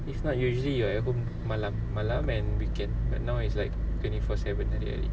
if not usually you are at home malam-malam and weekend but now it's like twenty four seven hari-hari